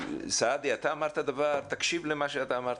סעדי, תקשיב למה שאתה אמרת.